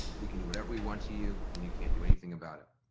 we can do whatever we want to you and you can't do anything about it.